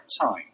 time